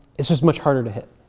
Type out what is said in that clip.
it's just much harder to hit.